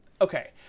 Okay